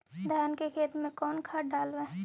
धान के खेत में कौन खाद डालबै?